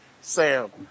Sam